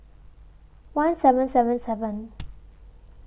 one seven seven seven